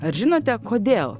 ar žinote kodėl